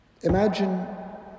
Imagine